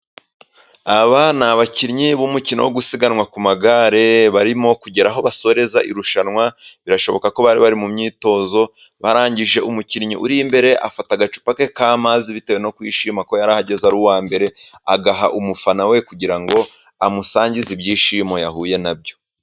Aba ni abakinnyi b'umukino wo gusiganwa ku magare, barimo kugera aho basoreza irushanwa, birashoboka ko bari bari mu myitozo, barangije umukinnyi uri imbere afata agacupa ke k'amazi bitewe no kwishima ko yari ahageze ari uwa mbere, agaha umufana we kugira ngo amusangize ibyishimo yahuye na byo.